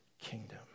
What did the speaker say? kingdom